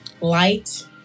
light